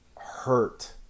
hurt